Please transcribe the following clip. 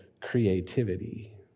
creativity